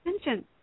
attention